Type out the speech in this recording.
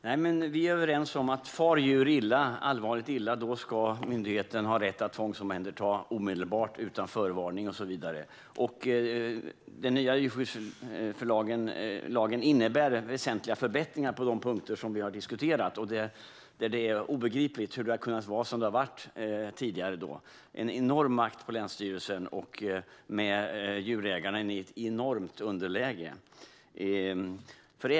Fru talman! Vi är överens om att om djur far allvarligt illa ska myndigheten ha rätt att tvångsomhänderta omedelbart och utan förvarning. Den nya djurskyddslagen innebär väsentliga förbättringar på de punkter som vi har diskuterat, och det är obegripligt att det har kunnat vara som det har varit tidigare med en enorm makt hos länsstyrelsen och ett enormt underläge för djurägarna.